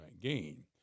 gain